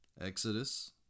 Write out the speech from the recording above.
Exodus